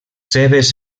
seves